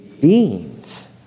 beings